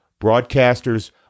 Broadcasters